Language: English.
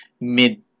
mid